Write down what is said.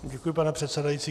Děkuji, pane předsedající.